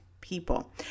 people